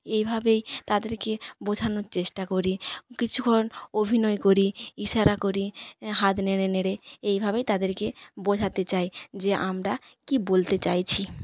এভাবেই তাদেরকে বোঝানোর চেষ্টা করি কিছুক্ষণ অভিনয় করি ইশারা করি হাত নেড়ে নেড়ে এইভাবেই তাদেরকে বোঝাতে চাই যে আমরা কী বলতে চাইছি